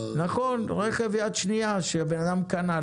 רכב יד שנייה שבן-אדם קנה,